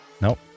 Nope